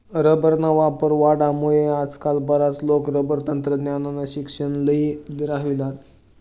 रबरना वापर वाढामुये आजकाल बराच लोके रबर तंत्रज्ञाननं शिक्सन ल्ही राहिनात